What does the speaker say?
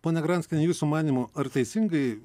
ponia granskiene jūsų manymu ar teisingai